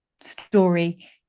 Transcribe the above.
story